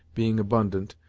being abundant,